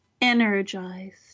energized